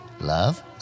love